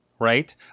Right